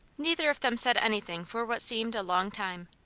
neither of them said anything for what seemed a long time.